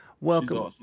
Welcome